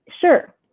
sure